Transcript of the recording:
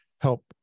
help